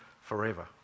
forever